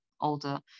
older